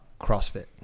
CrossFit